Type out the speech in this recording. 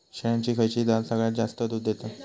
शेळ्यांची खयची जात सगळ्यात जास्त दूध देता?